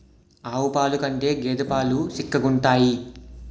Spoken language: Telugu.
ఆవు పాలు కంటే గేద పాలు సిక్కగుంతాయి